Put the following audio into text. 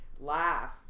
laugh